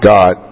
God